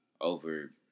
over –